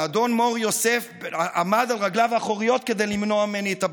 האדון מור-יוסף עמד על רגליו האחוריות כדי למנוע ממני את הביקור.